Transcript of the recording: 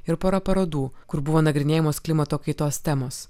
ir pora parodų kur buvo nagrinėjamos klimato kaitos temos